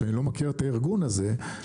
שאני לא מכיר את הארגון הזה,